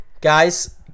Guys